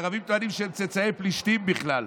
הערבים טוענים שהם צאצאי פלישתים בכלל,